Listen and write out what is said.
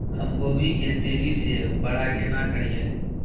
हम गोभी के तेजी से बड़ा केना करिए?